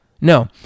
No